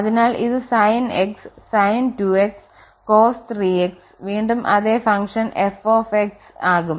അതിനാൽ ഇത് sin x sin 2x cos 3x വീണ്ടും അതേ ഫംഗ്ഷൻ f ആകും